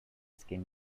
skin